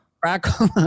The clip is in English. Crackle